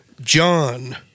John